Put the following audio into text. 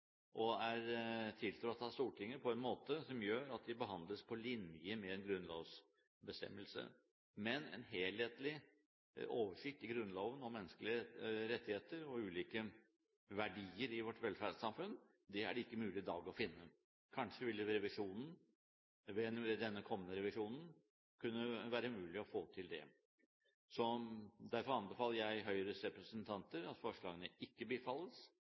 og er tiltrådt av Stortinget på en måte som gjør at de behandles på linje med en grunnlovsbestemmelse. En helhetlig oversikt i Grunnloven over menneskelige rettigheter og ulike verdier i vårt velferdssamfunn er det ikke mulig å finne i dag. Kanskje vil det ved denne kommende revisjonen være mulig å få til det. Derfor anbefaler jeg overfor Høyres representanter at forslagene ikke bifalles,